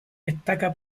destaca